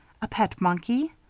a pet monkey?